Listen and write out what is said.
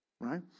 right